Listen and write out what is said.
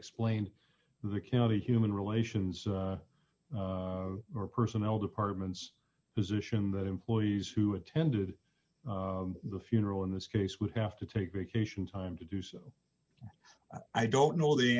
explained the county human relations or personnel departments position that employees who attended the funeral in this case would have to take vacation time to do so i don't know the